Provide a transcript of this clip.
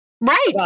Right